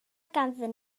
ganddyn